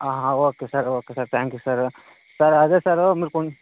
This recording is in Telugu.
ఆ okay sir okay sir thank you sir sir అదే సారు మీరు కొంచ్